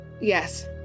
Yes